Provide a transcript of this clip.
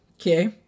Okay